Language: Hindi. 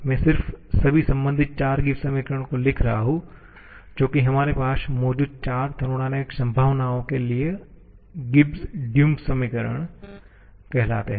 मैं सिर्फ सभी संबंधित चार गिब्स समीकरणों को लिख रहा हूं जो कि हमारे पास मौजूद चार थर्मोडायनामिक संभावनाओं के लिए गिब्स ड्यूहम समीकरण कहलाते हैं